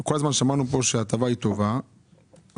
שכל הזמן שמענו כאן שההטבה היא טובה אבל